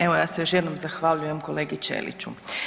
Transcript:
Evo, ja se još jednom zahvaljujem kolegi Ćeliću.